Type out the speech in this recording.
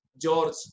George